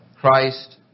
Christ